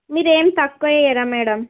మీరేం తక్కువ ఇవ్వరా మ్యాడమ్